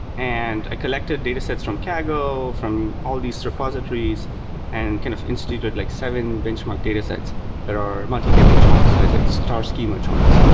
and i collected datasets from kagul, from all these repositories and kind of instituted like seven benchmark datasets that are multi-table joins, like like star schema joins.